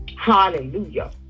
Hallelujah